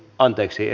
anteeksi